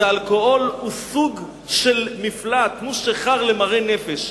אז האלכוהול הוא סוג של מפלט, תנו שיכר למרי נפש.